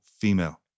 female